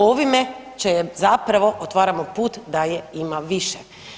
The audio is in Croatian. Ovime zapravo otvaramo put da je ima više.